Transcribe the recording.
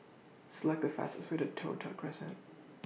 Select The fastest Way to Toh Tuck Crescent